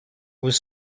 was